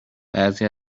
بعضی